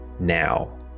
now